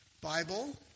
Bible